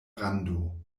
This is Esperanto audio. rando